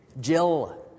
Jill